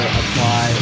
apply